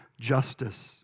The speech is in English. justice